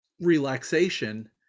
relaxation